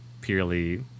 purely